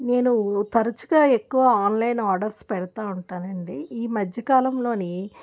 నేను తరచుగా ఎక్కువ ఆన్లైన్ ఆర్డర్స్ పెడతూ ఉంటానండి ఈ మధ్యకాలంలోనీ